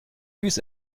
vus